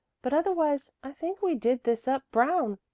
but otherwise i think we did this up brown.